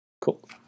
Cool